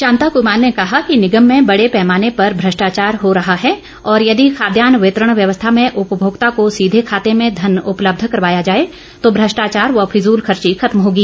शांता क्मार ने कहा कि निगम में बड़े पैमाने पर भ्रष्टाचार हो रहा है और यदि खाद्यान वितरण व्यवस्था में उपभोक्ता को सीधे खाते में धन उपलब्ध करवाया जाए तो भ्रष्टाचार व फिजूलखर्ची खत्म होगी